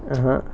(uh huh)